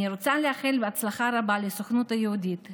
אני רוצה לאחל בהצלחה רבה לסוכנות היהודית,